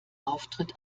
auftritt